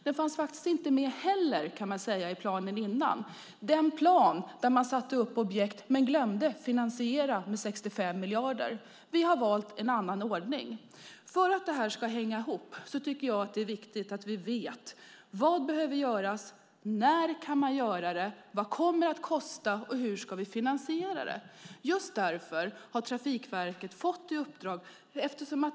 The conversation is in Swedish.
Den fanns inte heller med i planen innan, den plan där man satte upp objekt men glömde att finansiera med 65 miljarder. Vi har valt en annan ordning. För att det här ska hänga ihop tycker jag att det är viktigt att vi vet vad som behöver göras, när man kan göra det, vad det kommer att kosta och hur vi ska finansiera det. Just därför har Trafikverket fått ett uppdrag.